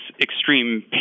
extreme